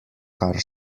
kar